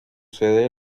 sede